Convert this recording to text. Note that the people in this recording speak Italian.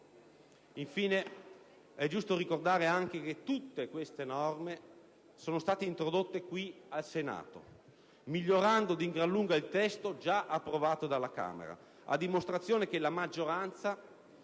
Infine, è giusto ricordare anche che tutte queste norme sono state introdotte qui al Senato, migliorando di gran lunga il testo già approvato dalla Camera, a dimostrazione che la maggioranza